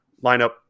lineup